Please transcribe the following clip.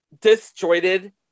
disjointed